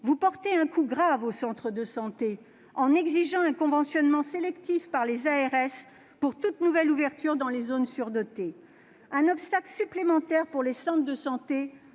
vous portez un coup grave aux centres de santé, en exigeant un conventionnement sélectif par les ARS pour toute nouvelle ouverture dans les zones surdotées. C'est un obstacle supplémentaire pour les centres de santé.